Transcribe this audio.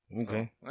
Okay